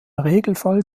regelfall